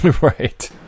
Right